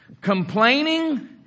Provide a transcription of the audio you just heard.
Complaining